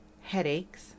headaches